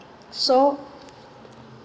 so